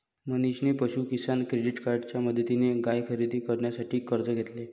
मनीषने पशु किसान क्रेडिट कार्डच्या मदतीने गाय खरेदी करण्यासाठी कर्ज घेतले